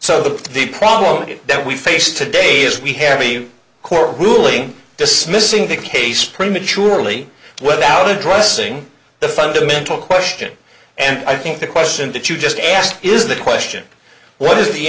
the the problem that we face today as we have a court ruling dismissing the case prematurely without addressing the fundamental question and i think the question that you just ask is the question what is the